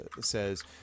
says